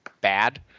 bad